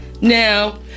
Now